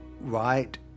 right